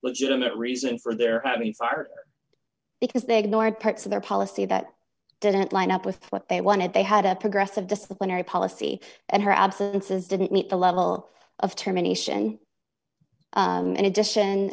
legitimate reason for their having fired because they ignored parts of their policy that didn't line up with what they wanted they had a progressive disciplinary policy and her absences didn't meet the level of termination in addition